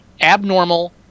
abnormal